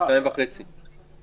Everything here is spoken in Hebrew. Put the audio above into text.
בשתיים וחצי אתה מסיים.